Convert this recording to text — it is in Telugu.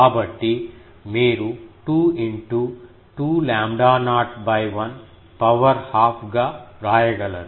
కాబట్టి మీరు 2 into 2 lambda naught l power ½ గా వ్రాయగలరు